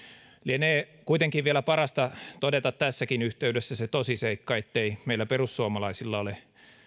lienee kuitenkin vielä parasta todeta tässäkin yhteydessä se tosiseikka ettei meillä perussuomalaisilla ole